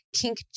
kink